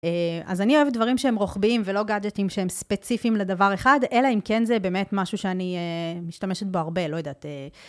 אז אני אוהבת דברים שהם רוחביים ולא גאדג'טים שהם ספציפיים לדבר אחד, אלא אם כן זה באמת משהו שאני משתמשת בו הרבה, לא יודעת אה..